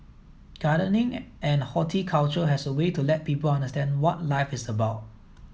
gardening and horticulture has a way to let people understand what life is about